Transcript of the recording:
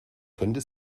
könnte